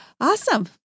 awesome